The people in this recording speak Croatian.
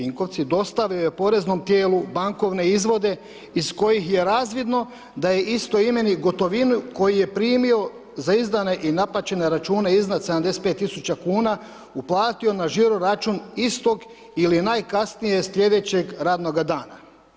Vinkovci dostavio je poreznom tijelu bankovne izvode iz kojih je razvidno da je istoimeni gotovinu koju je primio za izdane i naplaćene račune iznad 75 tisuća kuna uplatio na žiro-račun istog ili najkasnije sljedećeg radnoga dana.